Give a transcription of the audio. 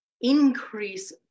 increase